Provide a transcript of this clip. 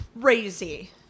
crazy